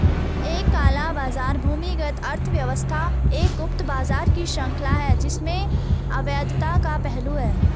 एक काला बाजार भूमिगत अर्थव्यवस्था एक गुप्त बाजार की श्रृंखला है जिसमें अवैधता का पहलू है